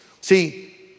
See